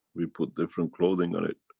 we put different clothing on it,